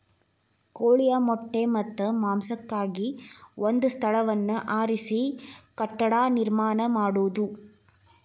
ಕೋಳಿಯ ಮೊಟ್ಟೆ ಮತ್ತ ಮಾಂಸಕ್ಕಾಗಿ ಒಂದ ಸ್ಥಳವನ್ನ ಆರಿಸಿ ಕಟ್ಟಡಾ ನಿರ್ಮಾಣಾ ಮಾಡುದು